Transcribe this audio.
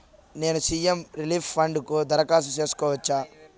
నేను CM relief fund కు దరఖాస్తు సేసుకోవచ్చా?